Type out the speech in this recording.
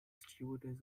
stewardess